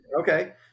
okay